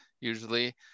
usually